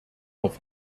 auf